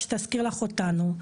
שתזכיר לך אותנו,